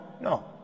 No